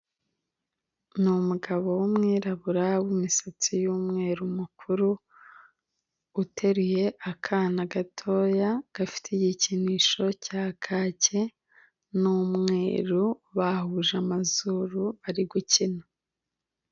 Ni umugabo w'umwirabura w'imisatsi y'umweru mukuru uteruye akana gatoya gafite igikinisho cya kake n'umweru, bahuje amazuru ari gukina.